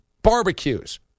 barbecues